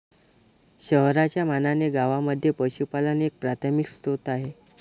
शहरांच्या मानाने गावांमध्ये पशुपालन एक प्राथमिक स्त्रोत आहे